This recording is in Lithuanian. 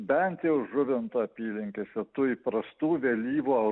bent jau žuvinto apylinkėse tų įprastų vėlyvo